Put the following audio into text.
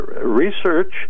research